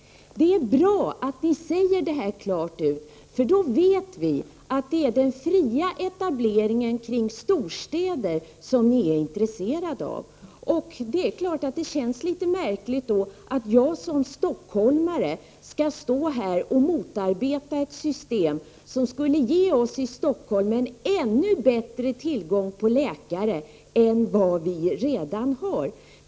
Det är bra att ni säger detta så klart, för då vet vi att det är den fria etableringsrätten kring storstäderna som ni är intresserade av. Det är klart att det känns litet märkligt att jag såsom stockholmare skall stå här i kammaren och motarbeta ett system som skulle ge oss i Stockholm en ännu större tillgång på läkare än den vi redan har.